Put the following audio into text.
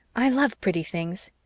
i love pretty things.